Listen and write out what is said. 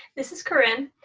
this is corinne.